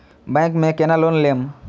Bank में केना loan लेम?